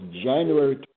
January